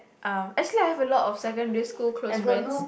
um actually I have a lot of secondary school close friends